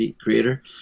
creator